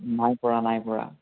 নাই পৰা নাই পৰা